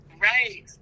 Right